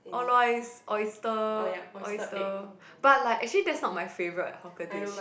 Or-Lua is oyster oyster but like actually that's not my favourite hawker dish